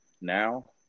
now